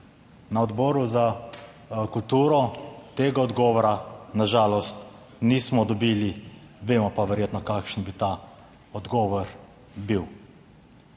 Na Odboru za kulturo tega odgovora na žalost, nismo dobili. Vemo pa verjetno, kakšen bi ta odgovor bil.